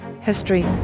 history